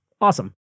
Awesome